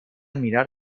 mirar